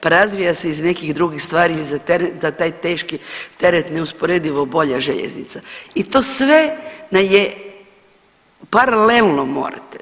Pa razvija se iz nekih drugih stvari, za taj teški teret, neusporedivo bolja željeznica i to sve na paralelno morate.